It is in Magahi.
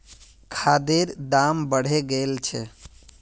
खादेर दाम बढ़े गेल छे